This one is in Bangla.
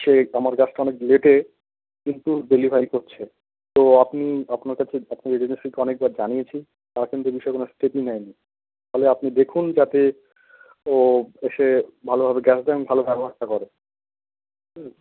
সে আমার গ্যাসটা অনেক লেটে কিন্তু ডেলিভারি করছে তো আপনি আপনার কাছে আপনার এজেন্সিকে অনেকবার জানিয়েছি তারা কিন্তু এ বিষয়ে কোনও স্টেপই নেয়নি ফলে আপনি দেখুন যাতে ও এসে ভালোভাবে গ্যাস দেয় এবং ভালো ব্যবহারটা করে হুম